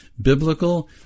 Biblical